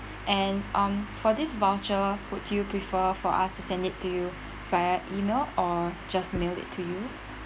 and um for this voucher would you prefer for us to send it to you via email or just mail it to you